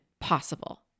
possible